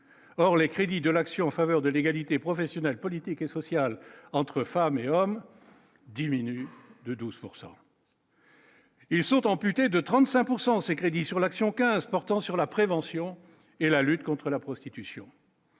alors les crédits de l'action en faveur de l'égalité professionnelle, politique et sociale entre femmes et hommes diminue de 12 pourcent. Ils sont amputés de 35 pourcent ces crédits sur l'action 15 portant sur la prévention et la lutte contre la prostitution.